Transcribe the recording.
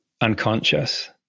unconscious